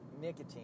nicotine